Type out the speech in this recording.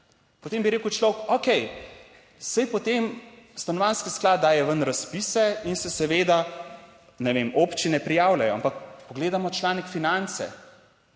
Potem bi rekel človek, okej, saj potem stanovanjski sklad daje ven razpise in se seveda, ne vem, občine prijavljajo, ampak pogledamo članek Finance,